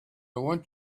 want